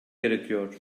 gerekiyor